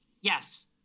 Yes